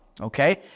Okay